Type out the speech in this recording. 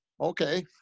okay